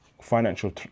financial